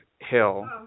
hill